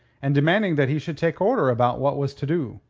and demanding that he should take order about what was to do.